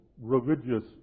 religious